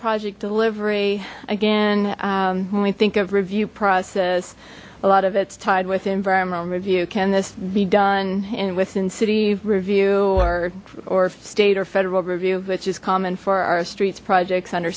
project delivery again when we think of review process a lot of its tied with environmental review can this be done in within city review or or state or federal review which is common for our streets projects under